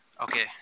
Okay